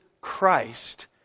Christ